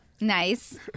Nice